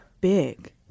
big